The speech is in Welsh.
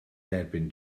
derbyn